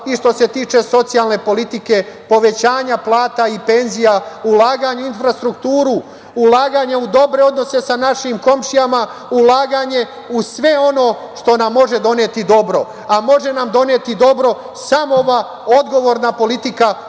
i što se tiče socijalne politike, povećanja plata i penzija, ulaganje u infrastrukturu, ulaganje u dobre odnose sa našim komšijama, ulaganje u sve ono što nam može doneti dobro, a može nam doneti dobro samo ova odgovorna politika predvođena